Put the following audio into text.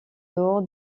dehors